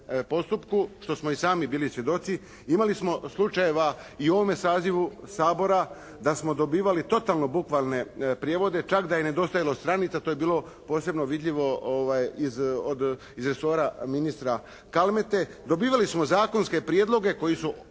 postupku, što smo i sami bili svjedoci. Imali smo slučajeva i u ovome sazivu Sabora da smo dobivali totalno bukvalne prijevode, čak da je nedostajalo stranica, to je bilo posebno bilo vidljivo iz resora ministra Kalmete. Dobivali smo zakonske prijedloge koji su